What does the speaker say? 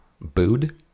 Booed